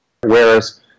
whereas